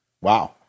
Wow